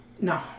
No